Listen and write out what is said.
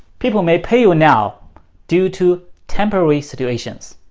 people may pay you and now due to temporary situations